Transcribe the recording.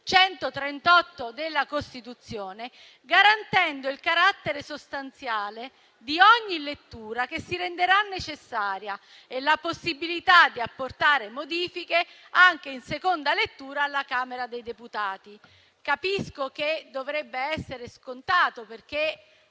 138 della Costituzione, garantendo il carattere sostanziale di ogni lettura che si renderà necessaria e la possibilità di apportare modifiche anche in seconda lettura alla Camera dei deputati». Capisco che dovrebbe essere scontato, perché